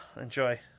Enjoy